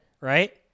Right